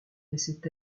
laissait